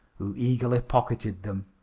who eagerly pocketed them.